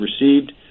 received